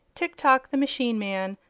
tik-tok the machine man,